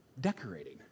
decorating